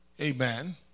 Amen